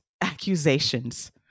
accusations